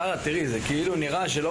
(הצגת סרטון) המלצות שלנו